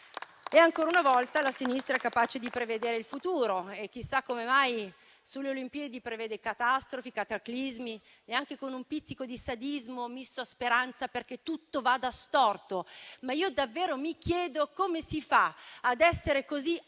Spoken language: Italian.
Ancora una volta, la sinistra è capace di prevedere il futuro e chissà come mai sulle Olimpiadi prevede catastrofi e cataclismi, anche con un pizzico di sadismo misto a speranza che tutto vada storto. Mi chiedo davvero come si faccia ad essere così